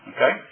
Okay